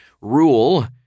rule